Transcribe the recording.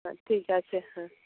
হ্যাঁ ঠিক আছে হ্যাঁ